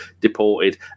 deported